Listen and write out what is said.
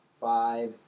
five